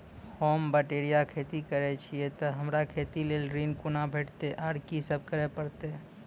होम बटैया खेती करै छियै तऽ हमरा खेती लेल ऋण कुना भेंटते, आर कि सब करें परतै?